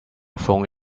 phone